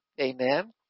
Amen